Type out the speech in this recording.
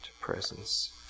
Presence